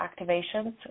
activations